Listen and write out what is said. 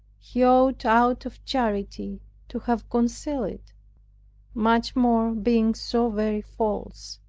he ought out of charity to have concealed it much more, being so very false.